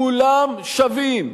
כולם שווים,